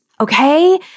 Okay